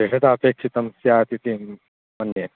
दृढता अपेक्षिता स्यात् इति मन्ये